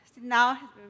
Now